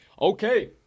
Okay